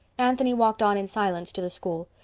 anthony walked on in silence to the school,